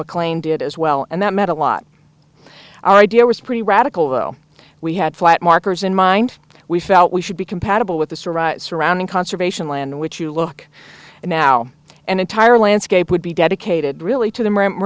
mclean did as well and that meant a lot idea was pretty radical though we had flat markers in mind we felt we should be compatible with the surrounding conservation land which you look at now an entire landscape would be dedicated really to them